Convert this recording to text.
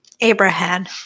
abraham